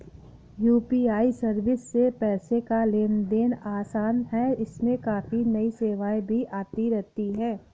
UPI service से पैसे का लेन देन आसान है इसमें काफी नई सेवाएं भी आती रहती हैं